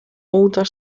older